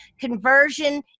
Conversion